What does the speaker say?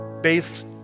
based